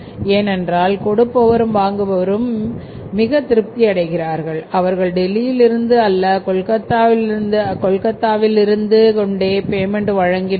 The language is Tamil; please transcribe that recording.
ஏனென்றால் கொடுப்பவரும் வாங்குபவரும் மிக திருப்தி அடைகிறார்கள் அவர்கள் டெல்லியிலிருந்து அல்ல கொல்கத்தா கொல்கத்தாவில் இருந்து கொண்டு பேமென்ட் வழங்கட்டும்